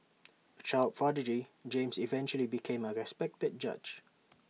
A child prodigy James eventually became A respected judge